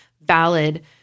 valid